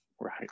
Right